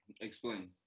Explain